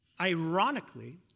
Ironically